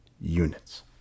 units